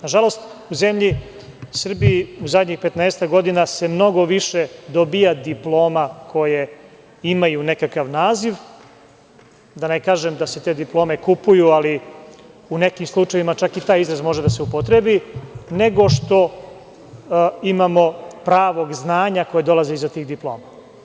Nažalost, u zemlji Srbiji u zadnjih 15-ak godina se mnogo više dobija diploma koje imaju nekakav naziv, da ne kažem da se te diplome kupuju, ali u nekim slučajevima čak i taj izraz može da se upotrebi, nego što imamo pravog znanja koje dolazi od tih diploma.